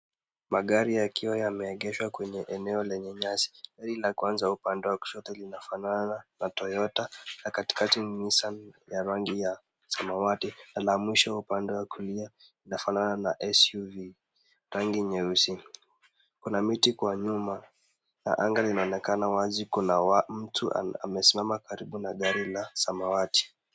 Magari yakiwa yameegeshwa kwenye eneo lenye nyasi. Gari la kwanza, upande wa kushoto, linafanana na Toyota, la katikati, ni Nissan ya rangi ya samawati na la mwisho upande wa kulia, linafanana na SUV, rangi nyeusi. Kuna miti kwa nyuma na anga linaonekana wazi. Kuna mtu amesimama karibu na gari la samawati.